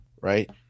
right